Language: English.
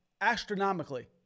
astronomically